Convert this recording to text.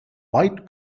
white